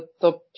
top